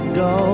go